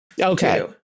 Okay